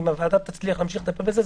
אם הוועדה תצליח להמשיך את הפרק הזה,